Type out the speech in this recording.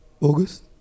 August